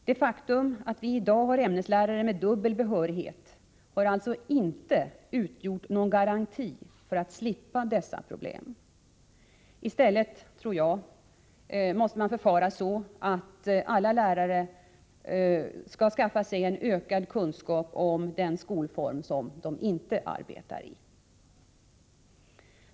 Det faktum att vi i dag har ämneslärare med dubbel behörighet har alltså inte utgjort någon garanti för att man skall slippa dessa problem. I stället måste alla lärare skaffa sig ökad kunskap om den skolform som de inte arbetar i.